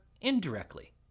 indirectly